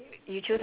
okay